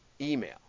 email